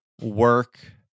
work